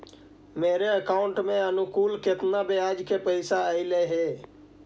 मेरे अकाउंट में अनुकुल केतना बियाज के पैसा अलैयहे?